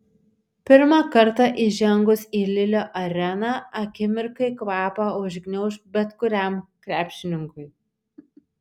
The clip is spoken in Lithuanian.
pirmą kartą įžengus į lilio areną akimirkai kvapą užgniauš bet kuriam krepšininkui